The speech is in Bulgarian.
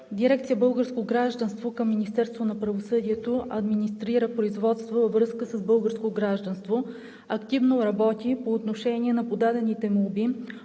дирекция „Българско гражданство“ към Министерството на правосъдието администрира производство във връзка с българско гражданство, активно работи по отношение на подадените молби